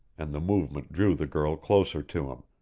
and the movement drew the girl closer to him,